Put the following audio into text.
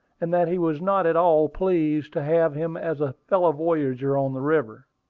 and that he was not at all pleased to have him as a fellow-voyager on the river.